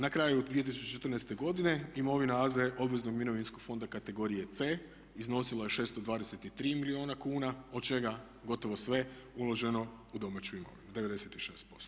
Na kraju 2014.godine imovina AZ obveznog mirovinskog fonda kategorije C iznosila je 623 milijuna kuna od čega gotovo sve uloženo u domaću imovinu 96%